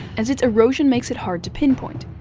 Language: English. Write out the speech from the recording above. as its erosion makes it hard to pinpoint.